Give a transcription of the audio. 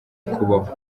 kubaho